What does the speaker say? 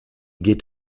geht